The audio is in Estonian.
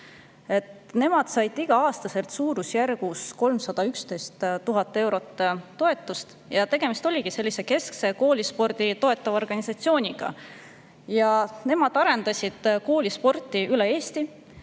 Nad said igal aastal suurusjärgus 311 000 eurot toetust. Tegemist oli keskse koolisporti toetava organisatsiooniga, mis arendas koolisporti üle Eesti,